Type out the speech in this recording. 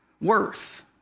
worth